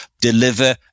Deliver